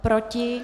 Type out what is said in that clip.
Proti?